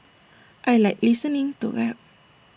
I Like listening to rap